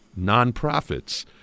nonprofits